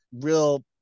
real